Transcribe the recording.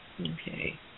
Okay